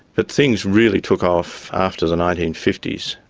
but things really took off after the nineteen fifty s,